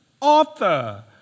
author